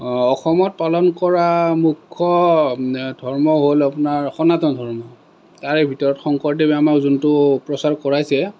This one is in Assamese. অসমত পালন কৰা মূখ্য ধৰ্ম হ'ল আপোনাৰ সনাতন ধৰ্ম তাৰে ভিতৰত শংকৰদেৱে আমাক যোনটো প্ৰচাৰ কৰাইছে